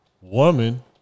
woman